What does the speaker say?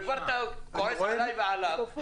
ואתה כועס עלי ועליו.